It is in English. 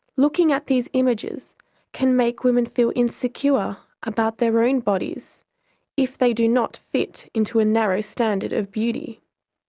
looking at these images can make women feel insecure about their own bodies if they do not fit into a narrow standard of beauty.